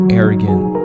arrogant